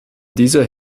dieser